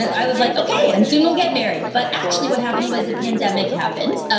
i was like, okay, and soon, we'll get married. but actually what happened was the pandemic happened.